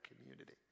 community